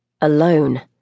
Alone